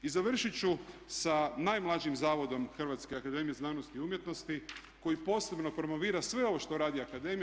I završit ću sa najmlađim zavodom Hrvatske akademije znanosti i umjetnosti koji posebno promovira sve ovo što radi akademija.